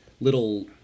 little